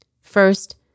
First